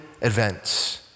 events